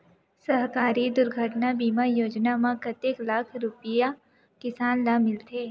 सहकारी दुर्घटना बीमा योजना म कतेक लाख रुपिया किसान ल मिलथे?